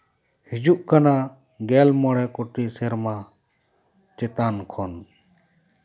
ᱦᱤᱡᱩᱜ ᱠᱟᱱᱟ ᱜᱮᱞ ᱢᱚᱬᱮ ᱠᱳᱴᱤ ᱥᱮᱨᱢᱟ ᱪᱮᱛᱟᱱ ᱠᱷᱚᱱ